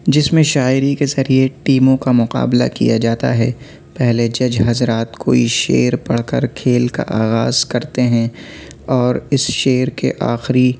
جس میں شاعری کے ذریعے ٹیموں کا مقابلہ کیا جاتا ہے پہلے جج حضرات کوئی شعر پڑھ کر کھیل کا آغاز کرتے ہیں اور اِس شعر کے آخری